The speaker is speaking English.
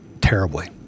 terribly